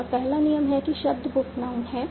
और पहला नियम है कि शब्द बुक नाउन है